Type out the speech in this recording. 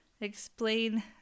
explain